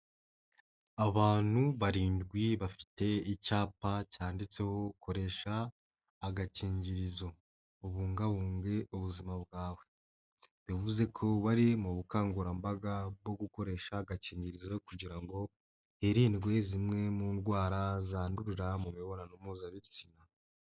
Abantu barindwi bafite icyapa cyanditseho "koresha agakingirizo ubungabunge ubuzima bwawe." bivuze ko bari mu bukangurambaga bwo gukoresha agakingirizo, kugira ngo hirindwe zimwe mu ndwara zandurira mu mibonano mpuzabitsina.